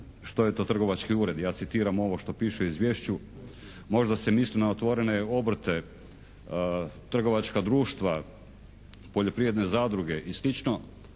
što je to trgovački ured, ja citiram ovo što piše u izvješću. Možda se misli na otvorene obrte, trgovačka društva, poljoprivredne zadruge i